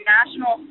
National